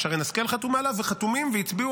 ששרן השכל חתומה עליו וחתומים והצביעו